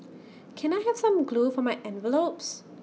can I have some glue for my envelopes